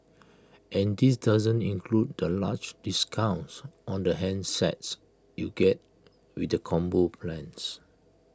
and this doesn't include the large discounts on the handsets you get with the combo plans